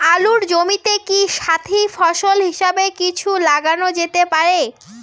আলুর জমিতে কি সাথি ফসল হিসাবে কিছু লাগানো যেতে পারে?